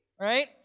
right